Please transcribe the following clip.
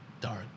Dark